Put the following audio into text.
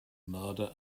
murder